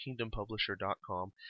KingdomPublisher.com